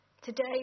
Today